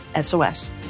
SOS